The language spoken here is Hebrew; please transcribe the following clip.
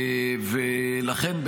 ולכן,